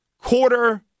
quarter